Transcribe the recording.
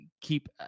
keep